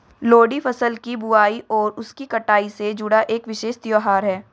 लोहड़ी फसल की बुआई और उसकी कटाई से जुड़ा एक विशेष त्यौहार है